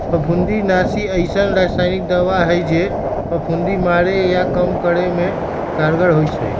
फफुन्दीनाशी अइसन्न रसायानिक दबाइ हइ जे फफुन्दी मारे चाहे कम करे में कारगर होइ छइ